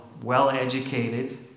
well-educated